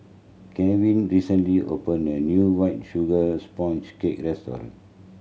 Gavin recently opened a new White Sugar Sponge Cake restaurant